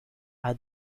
are